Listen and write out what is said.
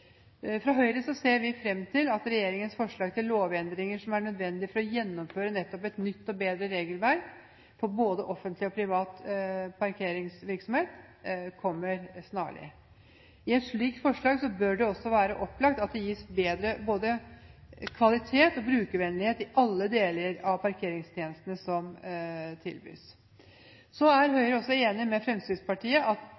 Høyre ser vi fram til at regjeringens forslag til lovendringer som er nødvendige for å gjennomføre nettopp et nytt og bedre regelverk for både offentlig og privat parkeringsvirksomhet, kommer snarlig. I et slikt forslag bør det også være opplagt at det gis både bedre kvalitet og brukervennlighet i alle deler av parkeringstjenesten som tilbys. Høyre er også enig med Fremskrittspartiet i at